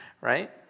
right